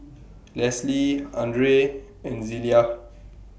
Leslee Andrae and Zelia